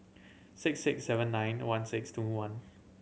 six six seven nine one six two one